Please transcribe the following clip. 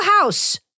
house